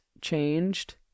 changed